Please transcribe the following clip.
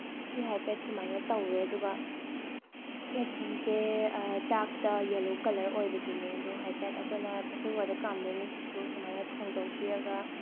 ꯁꯤ ꯍꯥꯏꯐꯦꯠ ꯁꯨꯃꯥꯏꯅ ꯇꯧꯋꯦ ꯑꯗꯨꯒ ꯈꯦꯆꯤꯁꯦ ꯆꯥꯛꯇ ꯌꯦꯜꯂꯣ ꯀꯂꯔ ꯑꯣꯏꯕꯗꯨꯅꯦ ꯑꯗꯣ ꯍꯥꯏꯐꯦꯠ ꯑꯩꯈꯣꯏꯅ ꯄ꯭ꯔꯦꯁꯔ ꯀꯨꯀꯔꯗ ꯀꯥꯝꯗꯣꯏꯅꯦ ꯁꯤꯁꯨ ꯁꯨꯃꯥꯏꯅ ꯊꯣꯡꯗꯣꯛꯄꯤꯔꯒ